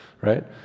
Right